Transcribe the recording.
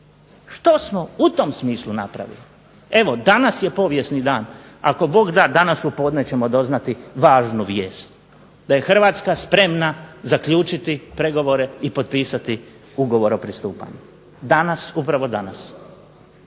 Što smo u tom smislu napravili? Evo, danas je povijesni dan. Ako Bog da, danas u podne ćemo doznati važnu vijest da je Hrvatska spremna zaključiti pregovore i potpisati Ugovor o pristupanju. Danas, upravo danas.